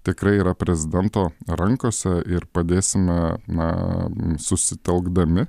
tikrai yra prezidento rankose ir padėsime na susitelkdami